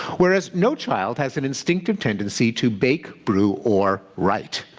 whereas no child has an instinctive tendency to bake, brew, or write.